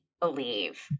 believe